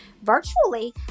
Virtually